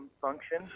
function